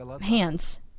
hands